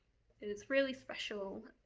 it's really special.